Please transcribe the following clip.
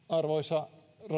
arvoisa